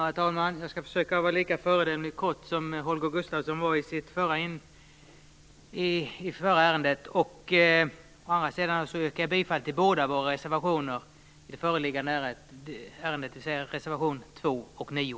Herr talman! Jag skall försöka vara lika föredömligt kortfattad som Holger Gustafsson var i det förra ärendet. Jag yrkar bifall till båda våra reservationer i det föreliggande ärendet, dvs. reservationerna nr 2